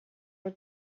your